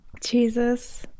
Jesus